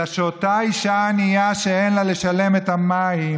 אלא שאותה אישה ענייה שאין לה לשלם את המים,